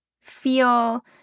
feel